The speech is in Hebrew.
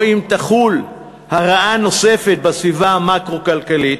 או אם תחול הרעה נוספת בסביבה המקרו-כלכלית,